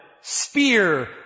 spear